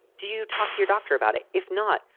do you talk to your doctor about it? if not,